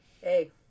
Hey